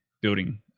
building